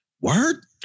Word